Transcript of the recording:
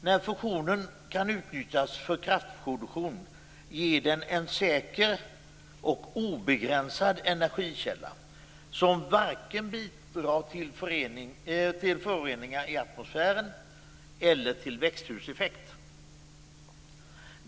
När fusionen kan utnyttjas för kraftproduktion är den en säker och obegränsad energikälla som varken bidrar till föroreningar i atmosfären eller till växthuseffekt.